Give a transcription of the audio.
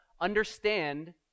understand